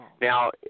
Now